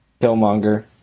Killmonger